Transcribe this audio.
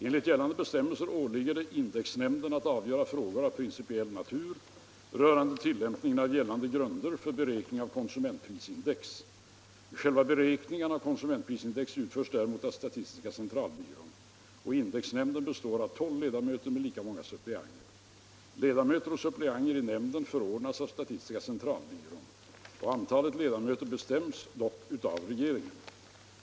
Enligt gällande bestämmelser åligger det indexnämnden att avgöra frågor av principiell natur rörande tillämpningen av gällande grunder för beräkning av konsumentprisindex. Själva beräkningarna av konsumentprisindex utförs däremot av statistiska centralbyrån. Indexnämnden består av tolv ledamöter med lika många suppleanter. Ledamöterna och suppleanterna i indexnämnden förordnas av statistiska centralbyrån. Antalet ledamöter bestäms dock av regeringen.